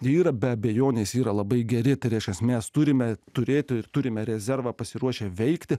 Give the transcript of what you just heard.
yra be abejonės yra labai geri tačiau iš esmės turime turėtų ir turime rezervą pasiruošę veikti